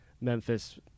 Memphis